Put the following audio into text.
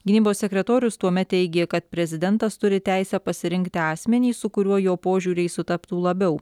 gynybos sekretorius tuomet teigė kad prezidentas turi teisę pasirinkti asmenį su kuriuo jo požiūriai sutaptų labiau